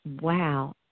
wow